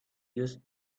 used